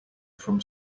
from